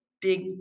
big